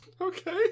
Okay